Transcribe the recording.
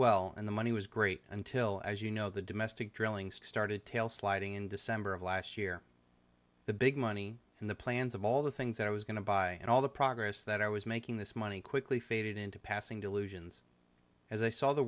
well and the money was great until as you know the domestic drilling started tail sliding in december of last year the big money and the plans of all the things that i was going to buy and all the progress that i was making this money quickly faded into passing delusions as i saw the